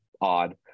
odd